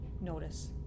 notice